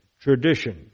tradition